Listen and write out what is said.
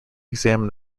examine